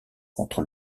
contre